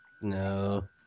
No